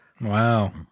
Wow